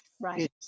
right